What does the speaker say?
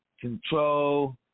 control